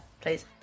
please